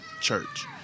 church